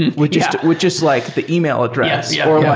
which is which is like the email address yeah or like